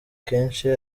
kenshi